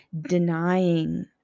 denying